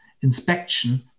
inspection